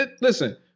Listen